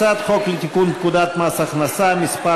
הצעת חוק לתיקון פקודת מס הכנסה (מס'